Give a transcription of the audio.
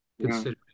considering